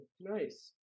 nice